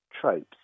tropes